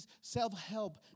self-help